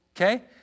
Okay